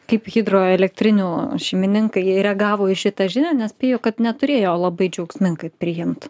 kaip hidroelektrinių šeimininkai jie reagavo į šitą žinią nes spėju kad neturėjo labai džiaugsmingai priimt